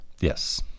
yes